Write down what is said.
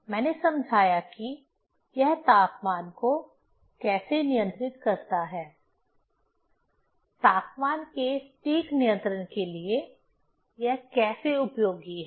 मैंने समझाया की यह तापमान को कैसे नियंत्रित करता है तापमान के सटीक नियंत्रण के लिए यह कैसे उपयोगी है